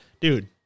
dude